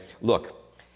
look